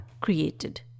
created